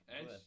Edge